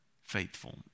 faithful